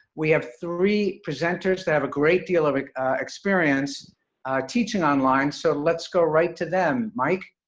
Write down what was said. we have three presenters that have a great deal of experience teaching online. so let's go right to them. mike.